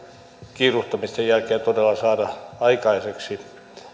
kiiruhtamisen jälkeen todella saada aikaiseksi